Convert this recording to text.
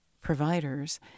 providers